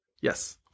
Yes